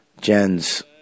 Jen's